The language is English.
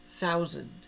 thousand